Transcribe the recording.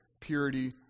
purity